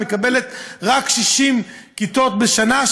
מקבלת רק 60 כיתות בשנה,